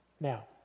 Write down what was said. now